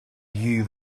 you